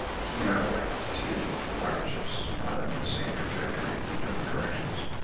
he and i were like two rocket ships on the same trajectory from different directions.